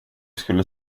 skulle